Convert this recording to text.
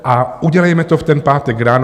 A udělejme to v ten pátek ráno.